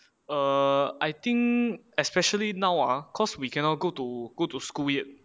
err I think especially now ah cause we cannot go to go to school yet